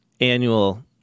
annual